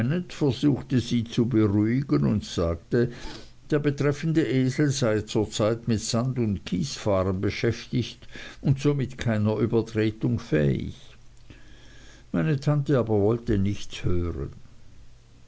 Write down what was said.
versuchte sie zu beruhigen und sagte der betreffende esel sei zur zeit mit sand und kiesfahren beschäftigt und somit keiner übertretung fähig meine tante aber wollte nichts hören